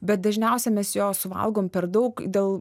bet dažniausiai mes jo suvalgom per daug dėl